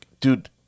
dude